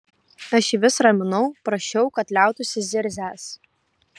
aš jį vis raminau prašiau kad liautųsi zirzęs